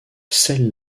scelle